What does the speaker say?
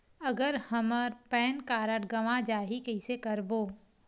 अगर हमर pan card गवां जाही कइसे करबो?